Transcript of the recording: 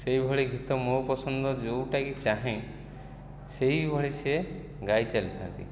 ସେହିଭଳି ଗୀତ ମୋ ପସନ୍ଦର ଯେଉଁଟାକି ଚାହେଁ ସେହିଭଳି ସିଏ ଗାଇ ଚାଲିଥାନ୍ତି